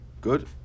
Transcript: Good